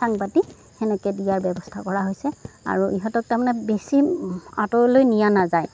চাং পাতি সেনেকে দিয়াৰ ব্য়ৱস্থা কৰা হৈছে আৰু ইহঁতক তাৰমানে বেছি আঁতৰলৈ নিয়া নাযায়